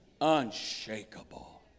unshakable